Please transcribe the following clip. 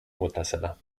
متصلم